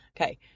Okay